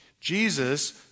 Jesus